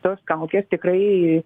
tos kaukės tikrai